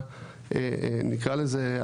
נקרא לזה,